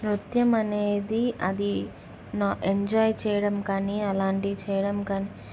నృత్యం అనేది అది ఎంజాయ్ చేయడం కానీ అలాంటివి చేయడం కానీ